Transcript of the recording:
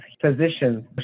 physicians